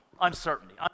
Uncertainty